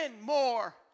more